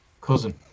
Cousin